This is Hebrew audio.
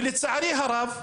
ולצערי הרב,